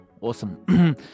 awesome